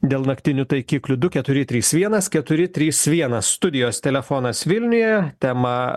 dėl naktinių taikiklių du keturi trys vienas keturi trys vienas studijos telefonas vilniuje temą